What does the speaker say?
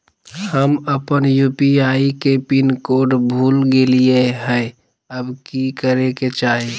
हम अपन यू.पी.आई के पिन कोड भूल गेलिये हई, अब की करे के चाही?